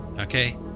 okay